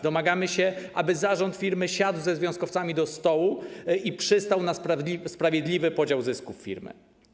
Domagamy się, aby zarząd firmy siadł ze związkowcami do stołu i przystał na sprawiedliwy podział zysków firmy.